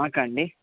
మాకా అండి